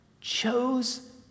chose